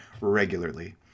regularly